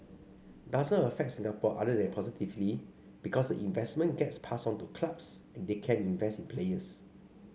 doesn't affect Singapore other than positively because investment gets passed on to clubs and they can invest in players